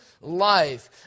life